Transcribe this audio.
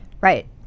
Right